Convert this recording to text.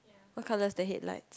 what colour is the headlight